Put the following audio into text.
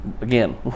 Again